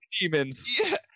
demons